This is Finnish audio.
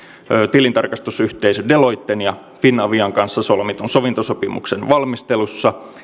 tilintarkastusyhteisö deloitten ja finavian kanssa solmitun sovintosopimuksen valmistelussa